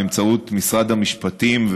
באמצעות משרד המשפטים,